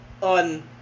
on